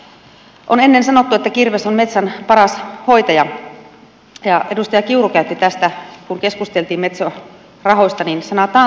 on ennen sanottu että kirves on metsän paras hoitaja ja edustaja kiuru käytti tästä kun keskusteltiin metso rahoista sanaa taantumuksellinen